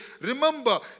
Remember